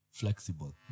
flexible